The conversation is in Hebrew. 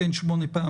כל הזמן מטריד